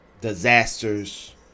Disasters